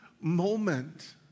moment